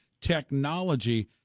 technology